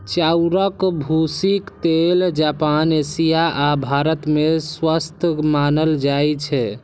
चाउरक भूसीक तेल जापान, एशिया आ भारत मे स्वस्थ मानल जाइ छै